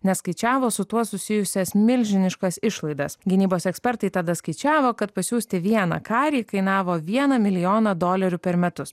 nes skaičiavo su tuo susijusias milžiniškas išlaidas gynybos ekspertai tada skaičiavo kad pasiųsti vieną karį kainavo vieną milijoną dolerių per metus